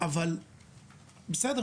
אבל בסדר,